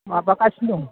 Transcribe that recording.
माबा गासिनो दं